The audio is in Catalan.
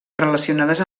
relacionades